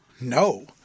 no